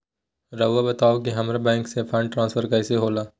राउआ बताओ कि हामारा बैंक से फंड ट्रांसफर कैसे होला?